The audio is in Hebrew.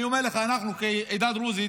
אני אומר לך שאנחנו כעדה הדרוזית